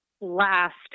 last